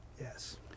Yes